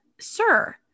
sir